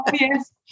Yes